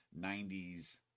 90s